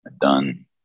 Done